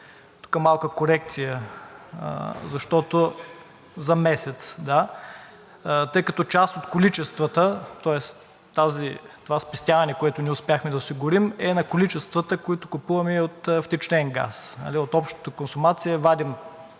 „За един месец!“) Да, за месец, тъй като част от количествата, тоест това спестяване, което ние успяхме да осигурим, е на количествата, които купуваме от втечнен газ – от общата консумация вадим